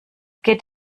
geht